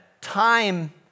time